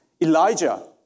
Elijah